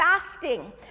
fasting